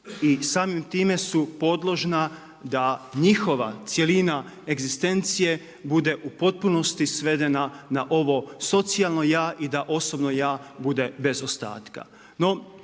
i samim time su podložna da njihova cjelina egzistencije bude u potpunosti svedena na ovo socijalno ja i da osobno ja bude bez ostatka.